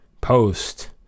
post